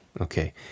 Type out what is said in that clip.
okay